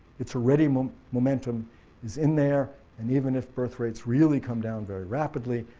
it's already um momentum is in there and even if birthrates really come down very rapidly,